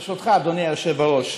ברשותך, אדוני היושב-ראש,